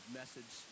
message